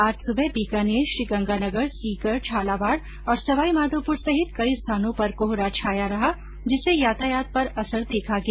आज सुबह बीकानेर श्रीगंगानगर सीकर झालावाड़ और सवाईमाधोपुर सहित कई स्थानों पर कोहरा छाया रहा जिससे यातायात पर असर देखा गया